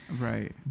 Right